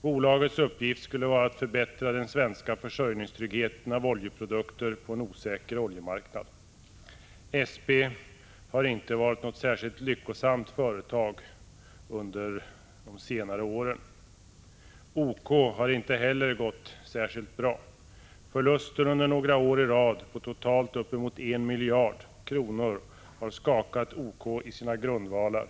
Bolagets uppgift skulle vara att förstärka Sveriges trygghet beträffande försörjningen av oljeprodukter på en osäker oljemarknad. SP har inte varit ett särskilt lyckosamt företag under de senare åren. OK har inte heller gått särskilt bra. Förluster under några år i rad på totalt uppemot en miljard kronor har skakat OK i sina grundvalar.